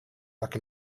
laki